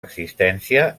existència